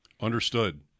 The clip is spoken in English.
Understood